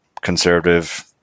conservative